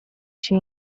się